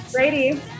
Brady